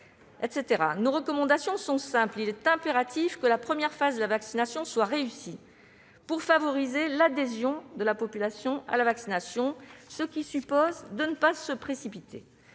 Nos recommandations sont simples, et il est impératif que la première phase de la vaccination soit réussie pour favoriser l'adhésion de la population, ce qui suppose de ne pas se précipiter.